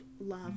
love